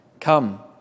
Come